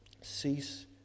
Cease